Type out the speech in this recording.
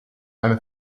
eine